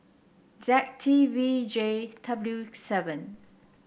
Z T V J W seven